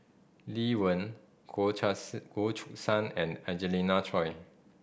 Lee Wen Goh Goh Choo San and Angelina Choy